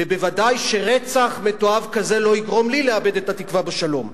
ובוודאי שרצח מתועב כזה לא יגרום לי לאבד את התקווה לשלום.